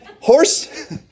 horse